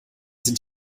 sind